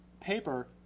paper